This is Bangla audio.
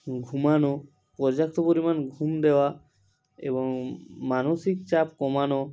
ঘুমানো পর্যাপ্ত পরিমাণ ঘুম দেওয়া এবং মানসিক চাপ কমানো